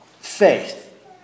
faith